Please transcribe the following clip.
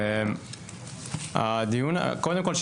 קודם כל,